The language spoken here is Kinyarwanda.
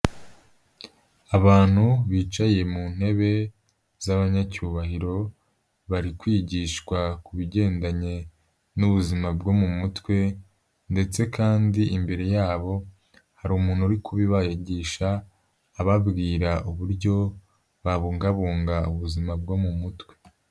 Abantu bicaye mu ntebe z'abanyacyubahiro, bari kwigishwa ku bigendanye n'ubuzima bwo mu mutwe ndetse kandi imbere yabo hari umuntu uri kubibagisha, ababwira uburyo babungabunga ubuzima bwo mu mutwe.